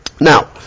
Now